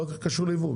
מה זה קשור ליבוא?